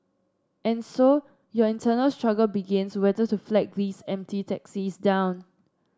and so your internal struggle begins whether to flag these empty taxis down